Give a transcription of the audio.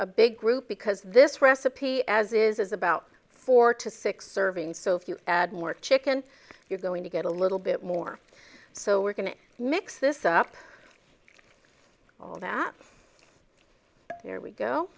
a big group because this recipe as is is about four to six servings so if you add more chicken you're going to get a little bit more so we're going to mix this up all that here we go